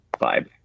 vibe